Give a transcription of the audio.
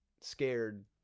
scared